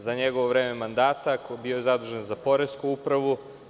Za njegovo vreme mandata bio je zadužen za poresku upravu.